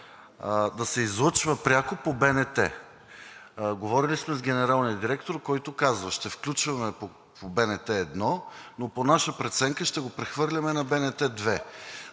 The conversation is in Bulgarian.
да се излъчва пряко по БНТ. Говорили сме с генералния директор, който казва: ще включваме по БНТ 1, но по наша преценка ще го прехвърляме на БНТ 2,